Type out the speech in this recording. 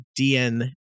DN